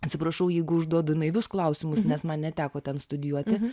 atsiprašau jeigu užduodu naivius klausimus nes man neteko ten studijuoti